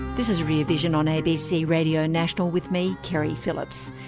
this is rear vision on abc radio national with me, keri phillips.